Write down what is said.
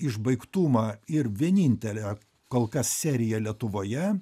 išbaigtumą ir vienintelę kol kas seriją lietuvoje